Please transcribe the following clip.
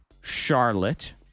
Charlotte